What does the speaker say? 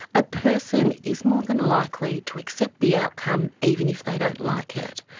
a person is more than likely to accept the outcome even if they don't like it.